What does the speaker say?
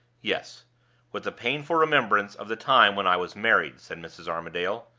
yes with the painful remembrance of the time when i was married, said mrs. armadale.